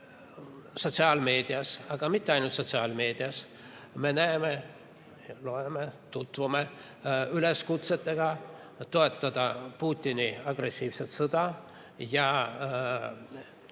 sotsiaalmeedias, aga mitte ainult sotsiaalmeedias, me näeme, loeme, tutvume üleskutsetega toetada Putini agressiivset sõda,